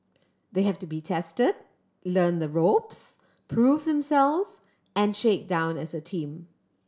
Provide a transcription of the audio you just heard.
they have to be test learn the ropes prove themself and shake down as a team